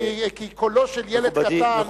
כי קולו של ילד קטן,